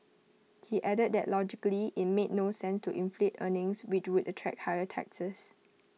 he added that logically IT made no sense to inflate earnings which would attract higher taxes